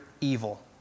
evil